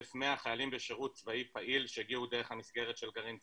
1,100 חיילים בשירות צבאי פעיל שהגיעו דרך המסגרת של גרעין "צבר"